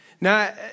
Now